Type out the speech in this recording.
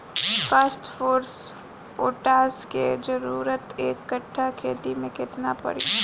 Phosphorus potash के जरूरत एक कट्ठा खेत मे केतना पड़ी?